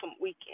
weekend